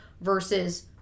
versus